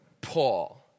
Paul